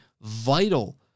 vital